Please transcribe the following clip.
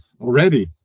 already